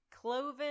cloven